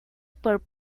por